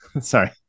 Sorry